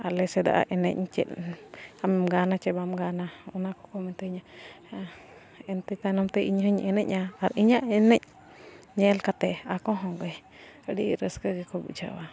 ᱟᱞᱮ ᱥᱮᱫᱟᱜ ᱮᱱᱮᱡ ᱪᱮᱫ ᱟᱢᱮᱢ ᱜᱟᱱᱟ ᱪᱮᱫ ᱵᱟᱢ ᱜᱟᱱᱟ ᱚᱱᱟ ᱠᱚ ᱢᱤᱛᱟᱹᱧᱟ ᱮᱱᱛᱮ ᱛᱟᱭᱱᱚᱢ ᱛᱮ ᱤᱧ ᱦᱚᱹᱧ ᱮᱱᱮᱡᱼᱟ ᱟᱨ ᱤᱧᱟᱹᱜ ᱮᱱᱮᱡ ᱧᱮᱞ ᱠᱟᱛᱮ ᱟᱠᱚ ᱦᱚᱸᱜᱮ ᱟᱹᱰᱤ ᱨᱟᱹᱥᱠᱟᱹ ᱜᱮᱠᱚ ᱵᱩᱡᱷᱟᱹᱣᱟ